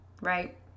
right